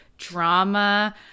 drama